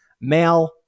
male